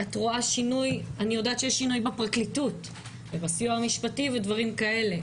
אני יודעת שיש שינוי בפרקליטות ובסיוע המשפטי ובדברים כאלה.